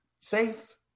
safe